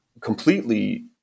completely